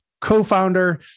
co-founder